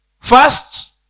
First